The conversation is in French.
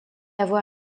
avoir